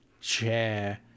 chair